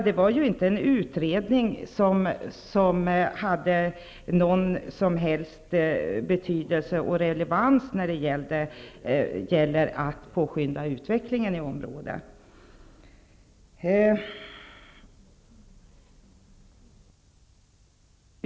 Det var ju inte en utredning som hade någon som helst betydelse och relevans när det gäller att påskynda utvecklingen i området.